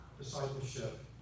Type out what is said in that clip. Discipleship